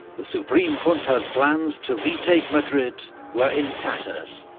the supreme junta's plans to retake madrid were in tatters.